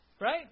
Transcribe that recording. Right